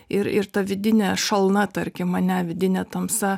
ir ir ta vidinė šalna tarkim ane vidinė tamsa